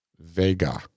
Vega